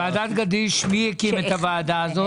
ועדת גדיש, מי הקים את הוועדה הזאת?